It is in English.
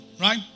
right